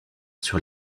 sur